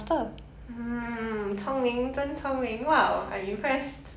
hmm 聪明真聪明 !wow! I'm impressed